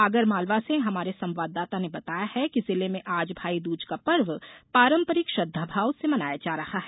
आगरमालवा से हमारे संवाददाता ने बताया है कि जिले में आज भाईदूज का पर्व पारंपरिक श्रद्धाभाव से मनाया जा रहा है